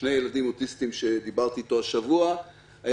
שני ילדים אוטיסטים שדיברתי איתו השבוע היה